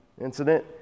incident